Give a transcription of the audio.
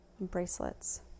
bracelets